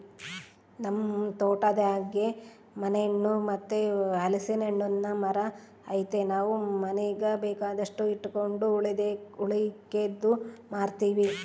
ನಮ್ ತೋಟದಾಗೇ ಮಾನೆಣ್ಣು ಮತ್ತೆ ಹಲಿಸ್ನೆಣ್ಣುನ್ ಮರ ಐತೆ ನಾವು ಮನೀಗ್ ಬೇಕಾದಷ್ಟು ಇಟಗಂಡು ಉಳಿಕೇದ್ದು ಮಾರ್ತೀವಿ